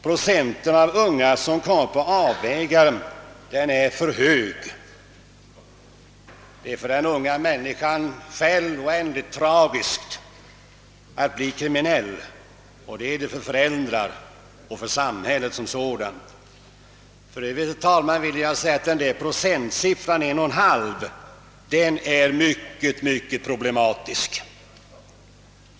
Procenten av unga som råkar på avvägar är för hög. Det är för den unga människan själv oändligt tragiskt att bli kriminell, och det är det också för föräldrarna och för samhället som sådant. För Övrigt, herr talman, är procentsiffran 1,5 mycket problematisk.